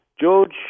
George